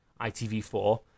ITV4